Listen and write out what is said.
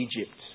Egypt